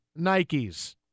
Nikes